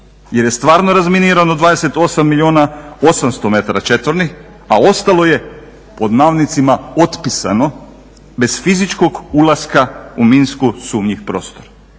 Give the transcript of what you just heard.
jer je stvarno razminirano 28 milijuna 800 metara četvornih a ostalo je pod navodnicima "otpisano" bez fizičkog ulaska u minsko sumnjiv prostor.